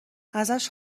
ازش